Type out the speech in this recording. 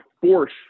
force